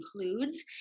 includes